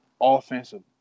offensive